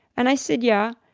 and i said, yeah.